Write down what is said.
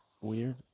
weird